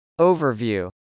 Overview